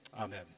Amen